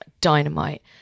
dynamite